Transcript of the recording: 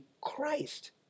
Christ